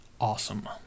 awesome